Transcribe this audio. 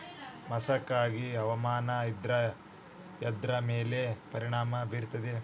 ಮಸಕಾಗಿ ಹವಾಮಾನ ಇದ್ರ ಎದ್ರ ಮೇಲೆ ಪರಿಣಾಮ ಬಿರತೇತಿ?